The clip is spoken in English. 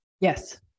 Yes